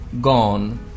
gone